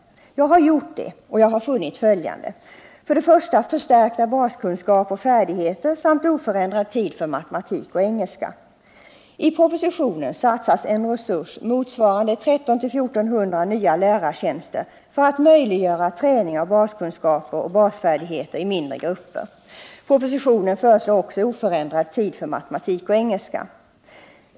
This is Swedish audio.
Jag har gjort det, och jag har funnit följande. Ett av kraven är förstärkta baskunskaper och basfärdigheter samt oförändrad tid för matematik och engelska. I propositionen föreslås resurser motsvarande 1 300-1 400 nya lärartjänster för att möjliggöra träning av baskunskaper och basfärdigheter i mindre grupper. Propositionen föreslår också oförändrad tid för matematik och engelska.